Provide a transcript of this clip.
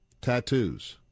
tattoos